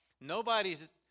nobody's